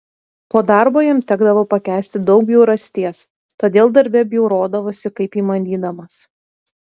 po darbo jam tekdavo pakęsti daug bjaurasties todėl darbe bjaurodavosi kaip įmanydamas